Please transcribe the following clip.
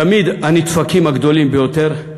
תמיד הנדפקים הגדולים ביותר,